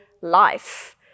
life